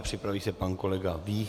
Připraví se pan kolega Vích.